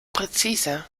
präzise